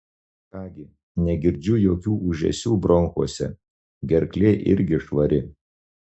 ką gi negirdžiu jokių ūžesių bronchuose gerklė irgi švari